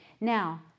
Now